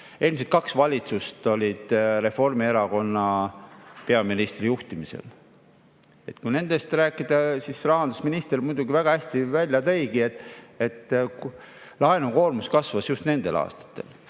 Eelmised kaks valitsust olid Reformierakonna peaministri juhitud. Kui nendest rääkida, siis rahandusminister tõi muidugi väga hästi välja, et laenukoormus kasvas just nendel aastatel.